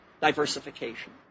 diversification